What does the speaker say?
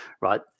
Right